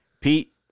Pete